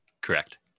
correct